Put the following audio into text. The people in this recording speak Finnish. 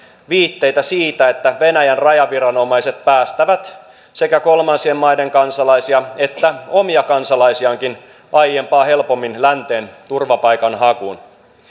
viitteitä siitä että venäjän rajaviranomaiset päästävät sekä kolmansien maiden kansalaisia että omia kansalaisiaankin aiempaa helpommin länteen turvapaikan hakuun